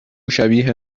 شبیه